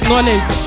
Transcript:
Knowledge